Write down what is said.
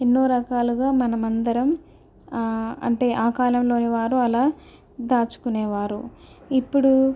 ఎన్నో రకాలుగా మనం అందరం అంటే ఆ కాలంలోని వారు అలా దాచుకునేవారు ఇప్పుడూ